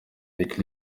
lick